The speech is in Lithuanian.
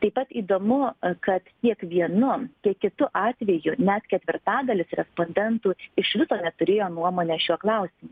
taip pat įdomu kad tiek vienu tiek kitu atveju net ketvirtadalis respondentų iš viso neturėjo nuomonės šiuo klausimu